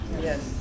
Yes